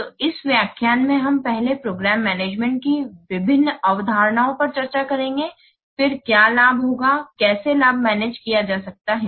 तो इस व्याख्यान में हम पहले प्रोग्राम मैनेजमेंट की विभिन्न अवधारणाओं पर चर्चा करेंगे फिर क्या लाभ होगा कैसे लाभ मैनेज किया जा सकता है